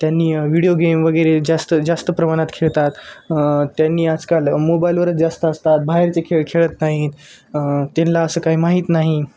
त्यांनी video game वगैरे जास्त जास्त प्रमाणात खेळतात त्यांनी आजकाल मोबाईलवरच जास्त असतात बाहेरचे खेळ खेळत नाहीत त्यांना असं काही माहीत नाही